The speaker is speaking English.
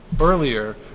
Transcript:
earlier